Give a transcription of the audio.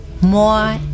More